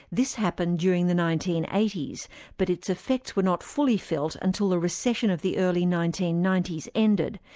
this happened during the nineteen eighty s but its effects were not fully felt until the recession of the early nineteen ninety s ended,